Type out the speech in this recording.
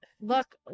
look